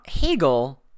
Hegel